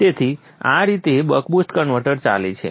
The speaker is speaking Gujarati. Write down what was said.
તેથી આ રીતે બક બુસ્ટ કન્વર્ટર ચાલે છે